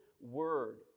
word